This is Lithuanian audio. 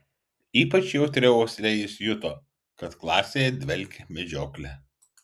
ypač jautria uosle jis juto kad klasėje dvelkė medžiokle